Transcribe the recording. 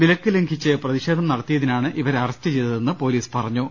വിലക്ക് ലംഘിച്ച് പ്രതിഷേധം നടത്തിയതിനാണ് ഇവരെ അറസ്റ്റ് ചെയ്തതെന്ന് പൊലീസ് പറഞ്ഞു